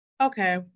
Okay